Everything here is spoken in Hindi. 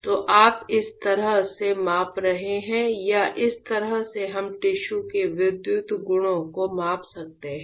तो आप इस तरह से माप रहे हैं या इस तरह से हम टिश्यू के विद्युत गुणों को माप सकते हैं